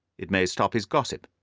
it may stop his gossip.